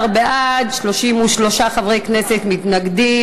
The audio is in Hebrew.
18 בעד, 33 חברי כנסת מתנגדים.